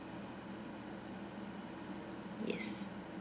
yes